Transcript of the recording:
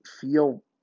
feel